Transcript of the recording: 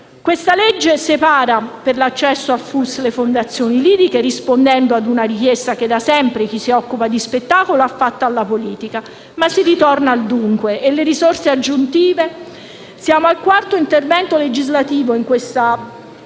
di legge in esame separa le fondazioni liriche, rispondendo ad una richiesta che da sempre chi si occupa di spettacolo ha fatto alla politica. Si ritorna però al dunque: e le risorse aggiuntive? Siamo al quarto intervento legislativo in questi